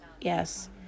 Yes